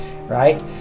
right